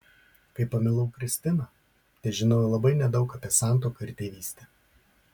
kai pamilau kristiną težinojau labai nedaug apie santuoką ir tėvystę